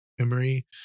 Memory